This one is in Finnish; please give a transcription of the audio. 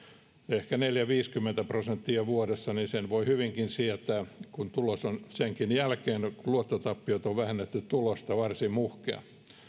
ehkä neljäkymmentä viiva viisikymmentä prosenttia vuodessa niin sen voi hyvinkin sietää kun tulos on senkin jälkeen kun luottotappiot on vähennetty tulosta varsin muhkea tämä